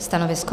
Stanovisko?